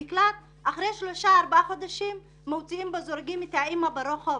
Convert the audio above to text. למקלט ואחרי שלושה-ארבעה חודשים מוציאים את האימא וזורקים אותה ברחוב.